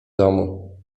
domu